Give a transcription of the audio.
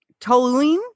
toluene